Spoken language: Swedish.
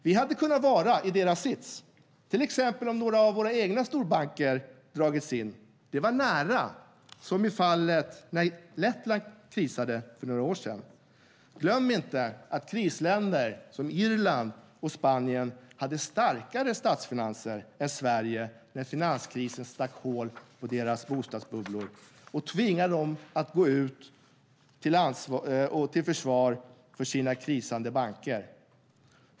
Vi hade kunnat vara i samma sits som de om någon av våra egna storbanker hade dragits in. Det var nära, som när Lettland krisade för några år sedan. Glöm inte att krisländer som Irland och Spanien hade starkare statsfinanser än Sverige när finanskrisen stack hål på deras bostadsbubblor och tvingade dem att gå ut till försvar för sina krisande banker.